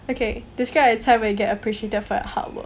okay describe a time where you get appreciated for your hard work